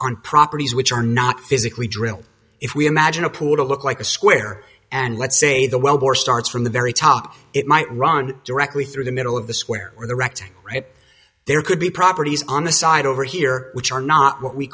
on properties which are not physically drill if we imagine a pool to look like a square and let's say the wellbore starts from the very top it might run directly through the middle of the square or the wrecked right there could be properties on the side over here which are not what we